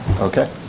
Okay